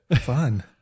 fun